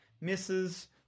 misses